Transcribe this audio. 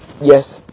yes